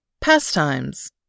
Pastimes